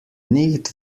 nicht